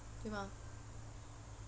对 mah